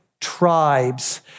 tribes